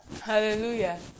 Hallelujah